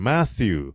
Matthew